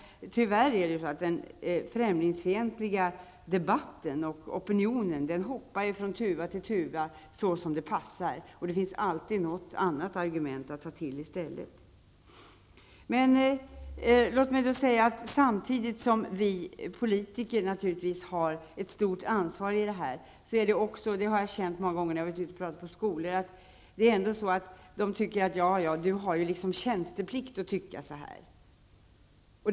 Tyvärr hoppar debatten om främlingsfientlighet och opinionen från tuva till tuva på det sätt som passar. Det finns alltid något annat argument att ta till i stället. Jag har många gånger när jag har varit ute och talat på skolor fått känslan av att man anser att samtidigt som vi politiker naturligtvis har ett stort ansvar är det min tjänsteplikt att tycka som jag gör.